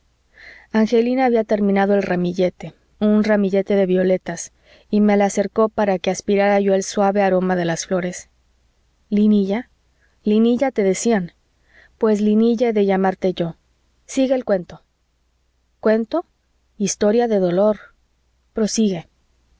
angelina había terminado el ramillete un ramillete de violetas y me le acercó para que aspirara yo el suave aroma de las flores linilla linilla te decían pues linilla he de llamarte yo siga el cuento cuento historia de dolor prosigue